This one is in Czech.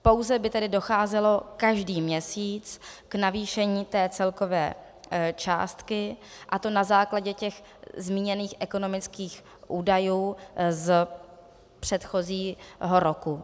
Pouze by tedy docházelo každý měsíc k navýšení té celkové částky, a to na základě těch zmíněných ekonomických údajů z předchozího roku.